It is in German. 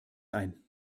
ein